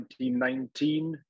2019